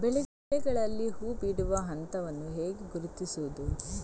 ಬೆಳೆಗಳಲ್ಲಿ ಹೂಬಿಡುವ ಹಂತವನ್ನು ಹೇಗೆ ಗುರುತಿಸುವುದು?